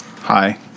Hi